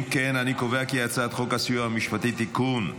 אם כן, אני קובע כי הצעת חוק הסיוע המשפטי (תיקון,